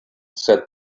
said